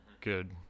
good